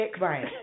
Right